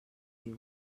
viu